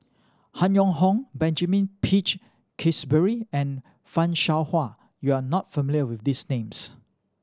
Han Yong Hong Benjamin Peach Keasberry and Fan Shao Hua you are not familiar with these names